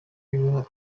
river